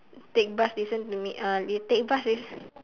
take bus listen to me uh you take bus listen